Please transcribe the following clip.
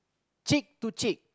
cheek to cheek